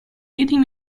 leading